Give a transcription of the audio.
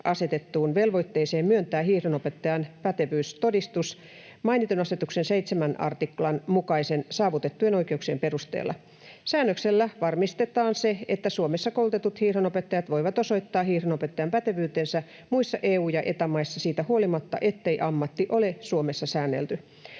asetettuun velvoitteeseen myöntää hiihdonopettajan pätevyystodistus mainitun asetuksen 7 artiklan mukaisten saavutettujen oikeuksien perusteella. Säännöksellä varmistetaan se, että Suomessa koulutetut hiihdonopettajat voivat osoittaa hiihdonopettajan pätevyytensä muissa EU‑ ja Eta-maissa siitä huolimatta, ettei ammatti ole Suomessa säännelty.